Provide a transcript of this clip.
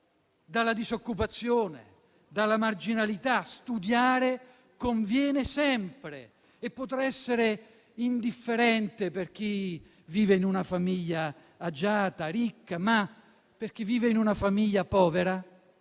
dalla disoccupazione e dalla marginalità. Studiare conviene sempre; e se potrà essere indifferente per chi vive in una famiglia agiata e ricca, per chi vive in una famiglia povera,